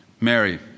Mary